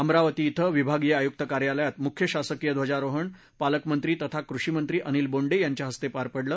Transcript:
अमरावती ध्विं विभागीय आयुक्त कार्यालयात मुख्य शासकीय ध्वजारोहण पालकमंत्री तथा कृषी मंत्री अनिल बोंडे यांच्या हस्ते पार पडलं